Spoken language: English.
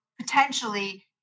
potentially